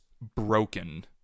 broken